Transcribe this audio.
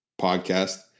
podcast